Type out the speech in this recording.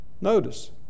notice